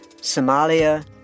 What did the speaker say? Somalia